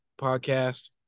podcast